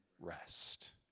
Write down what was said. rest